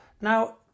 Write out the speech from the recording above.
Now